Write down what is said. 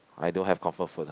I don't have comfort food ah